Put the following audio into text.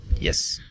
Yes